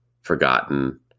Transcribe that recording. forgotten